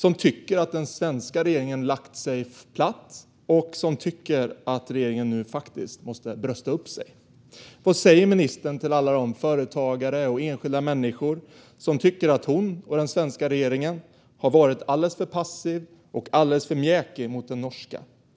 De tycker att den svenska regeringen lagt sig platt och att den nu faktiskt måste brösta upp sig. Vad säger ministern till alla de företagare och enskilda människor som tycker att hon och den svenska regeringen har varit alldeles för passiva och alldeles för mjäkiga mot den norska?